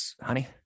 honey